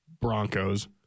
Broncos